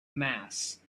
mass